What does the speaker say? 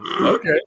Okay